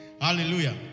Hallelujah